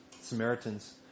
Samaritans